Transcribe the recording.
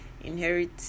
inherit